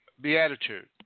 beatitude